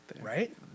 right